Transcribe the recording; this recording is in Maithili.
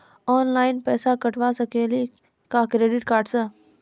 ऑनलाइन पैसा कटवा सकेली का क्रेडिट कार्ड सा?